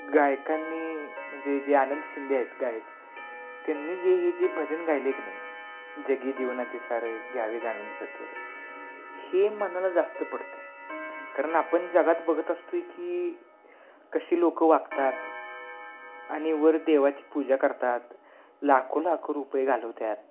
गायकांनी म्हणजे जे आनंद शिंदे आहेत गायक त्यांनी जे हे जे भजन गायले आहे की नाही जगी जीवनाचे सार घ्यावे जाणूनी सत्वर हे मनाला जास्त पटत आहे कारण आपण जगात बघत असतोय की कशी लोकं वागतात आणि वर देवाची पूजा करतात लाखो लाखो रुपये घालवतात